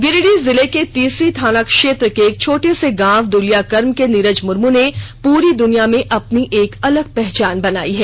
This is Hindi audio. गिरिडीह जिले के तिसरी थाना क्षेत्र के एक छोटे से गांव दुलियाकर्म के नीरज मुर्मू ने पूरी द्निया में अपनी एक अलग पहचान बनायी है